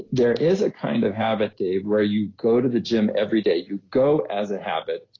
there is a kind of habit, dave, where you go to the gym every day, you go as a habit,